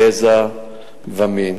גזע ומין.